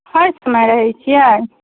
हर समय रहै छियै